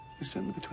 December